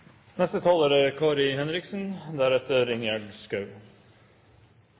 Neste taler er